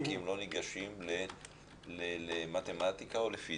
כי הם לא ניגשים למתמטיקה או לפיסיקה.